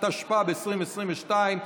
התשפ"ב 2022,